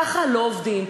ככה לא עובדים.